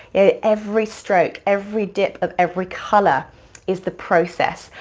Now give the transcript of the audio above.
it's every stroke, every dip of every color is the process,